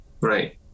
Right